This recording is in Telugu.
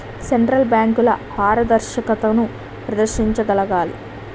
సెంట్రల్ బ్యాంకులు పారదర్శకతను ప్రదర్శించగలగాలి